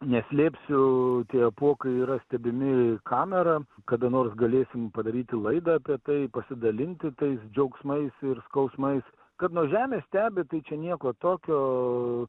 neslėpsiu tie apuokai yra stebimi kamera kada nors galėsim padaryti laidą apie tai pasidalinti tais džiaugsmais ir skausmais kad nuo žemės stebi tai čia nieko tokio